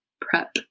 prep